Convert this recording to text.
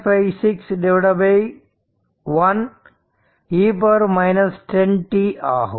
56 1 e 10t ஆகும்